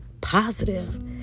positive